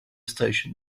station